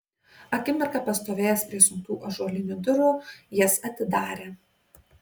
akimirką pastovėjęs prie sunkių ąžuolinių durų jas atidarė